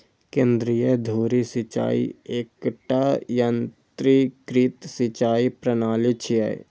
केंद्रीय धुरी सिंचाइ एकटा यंत्रीकृत सिंचाइ प्रणाली छियै